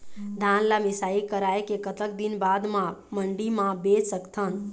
धान ला मिसाई कराए के कतक दिन बाद मा मंडी मा बेच सकथन?